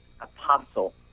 apostle